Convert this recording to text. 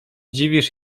dziwisz